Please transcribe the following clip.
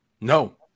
No